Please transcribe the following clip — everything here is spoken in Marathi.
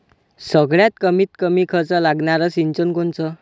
सगळ्यात कमीत कमी खर्च लागनारं सिंचन कोनचं?